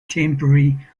temporary